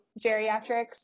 geriatrics